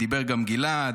ודיבר גם גלעד.